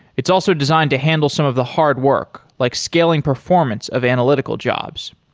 it's also designed to handle some of the hard work, like scaling performance of analytical jobs.